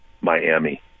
Miami